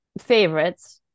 favorites